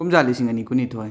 ꯀꯨꯝꯖꯥ ꯂꯤꯁꯤꯡ ꯑꯅꯤ ꯀꯨꯟꯅꯤꯊꯣꯏ